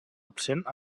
absent